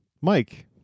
Mike